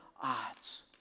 odds